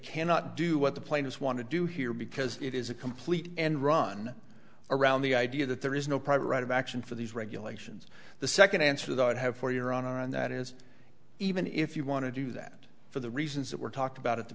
cannot do what the players want to do here because it is a complete end run around the idea that there is no private right of action for these regulations the second answer that would have for your honor and that is even if you want to do that for the reasons that were talked about at the